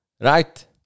right